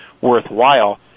worthwhile